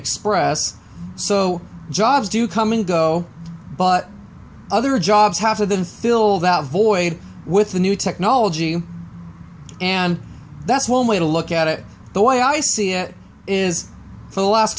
express so jobs do come and go but other jobs half of them filled out void with the new technology and that's one way to look at it the way i see it is for the last